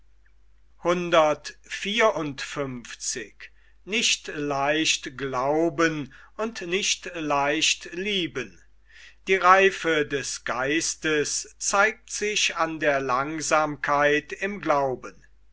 die reife des geistes zeigt sich an der langsamkeit im glauben